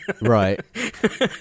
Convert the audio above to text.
right